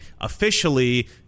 officially